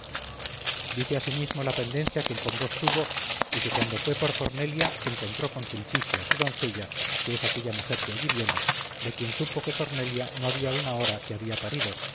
dice asimismo la pendencia que con vos tuvo y que cuando fue por cornelia encontró con sulpicia su doncella que es aquella mujer que allí viene de quien supo que cornelia no había una hora que había parido